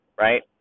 right